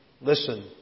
listen